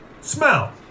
smell